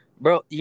bro